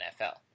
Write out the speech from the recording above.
NFL